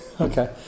Okay